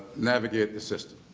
navigate the system,